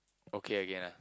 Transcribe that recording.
okay again ah